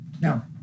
Now